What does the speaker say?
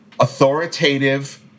authoritative